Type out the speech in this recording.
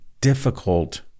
difficult